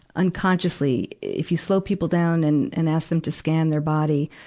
unconsciously. if you slow people down and, and ask them to scan their body,